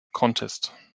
contest